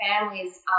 families